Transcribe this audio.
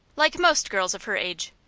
like most girls of her age.